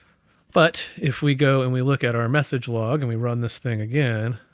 but if we go, and we look at our message log, and we run this thing again,